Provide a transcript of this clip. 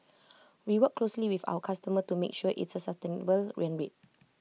we work closely with our customer to make sure it's A sustainable run rate